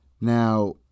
Now